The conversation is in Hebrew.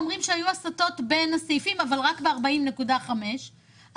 אומרים שהיו הסטות בין הסעיפים אבל רק לגבי התקציב של 40.5 מיליון שקל,